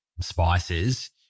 spices